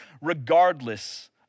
regardless